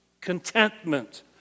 contentment